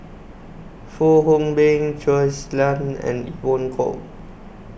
Fong Hoe Beng Shui Lan and Evon Kow